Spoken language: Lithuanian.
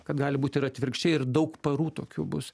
kad gali būti ir atvirkščiai ir daug parų tokių bus